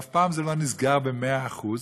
ואף פעם זה לא נסגר במאה אחוז,